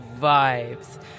vibes